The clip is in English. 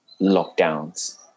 lockdowns